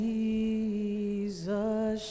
Jesus